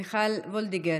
מיכל וולדיגר,